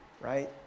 right